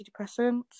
antidepressants